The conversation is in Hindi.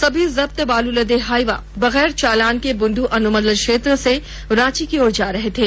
सभी जब्त बालू लदे हाइवा बगैर चालान के बुंडू अनुमंडल क्षेत्र से रांची की ओर जा रहे थे